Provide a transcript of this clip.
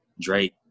Drake